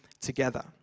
together